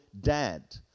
dad